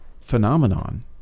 phenomenon